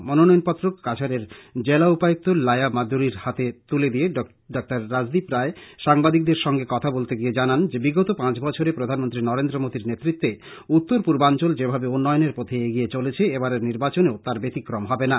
মনোনয়ন পত্র কাছাড়ের জেলা উপায়ুক্ত লায়া মাদ্দুরীর হাতে তুলে দিয়ে ডঃ রাজদীপ রায় সাংবাদিকদের সঙ্গে কথা বলতে গিয়ে জানান যে বিগত পাঁচ বছরে প্রধানমন্ত্রী নরেন্দ্র মোদীর নেতৃত্বে উত্তর পূর্বাঞ্চল যেভাবে উন্নয়নের পথে এগিয়ে চলেছে এবারের নির্বাচনেও তার ব্যতিক্রম হবে না